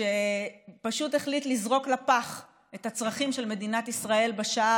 שפשוט החליט לזרוק לפח את הצרכים של מדינת ישראל בשעה